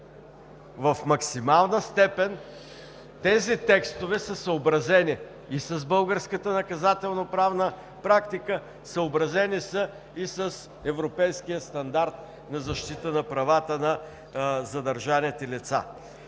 в максимална степен тези текстове са съобразени и с българската наказателноправна практика, съобразени са и с европейския стандарт за защита на правата на задържаните лица.